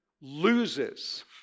loses